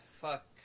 Fuck